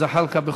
ג'מאל זחאלקה,